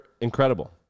incredible